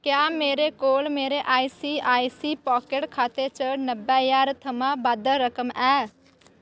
क्या मेरे कोल मेरे I C I C pocket खाते च नब्बै ज्हार थमां बद्ध रकम ऐ